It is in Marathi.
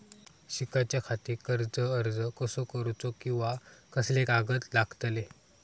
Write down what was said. शिकाच्याखाती कर्ज अर्ज कसो करुचो कीवा कसले कागद लागतले?